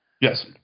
Yes